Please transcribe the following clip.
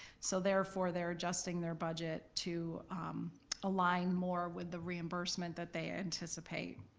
so therefore, they're adjusting their budget to align more with the reimbursement that they anticipate.